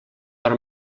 per